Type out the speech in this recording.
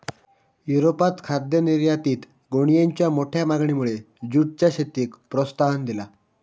युरोपात खाद्य निर्यातीत गोणीयेंच्या मोठ्या मागणीमुळे जूटच्या शेतीक प्रोत्साहन दिला